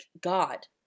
God